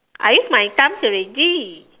I use my thumbs already